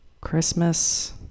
Christmas